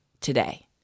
today